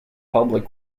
public